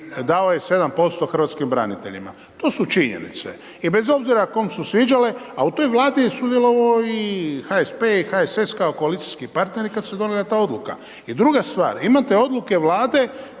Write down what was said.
dao je 7% hrvatskim braniteljima. To su činjenice. I bez obzira kome su se sviđale a u toj Vladi je sudjelovao i HSP i HSS kao koalicijski partneri kada se donijela ta odluka. I druga stvar, imate odluke Vlade